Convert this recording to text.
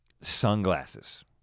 Sunglasses